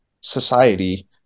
society